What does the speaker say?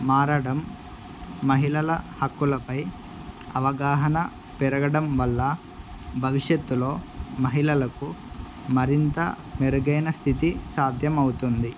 మారడం మహిళల హక్కులపై అవగాహన పెరగడం వల్ల భవిష్యత్తులో మహిళలకు మరింత మెరుగైన స్థితి సాధ్యమవుతుంది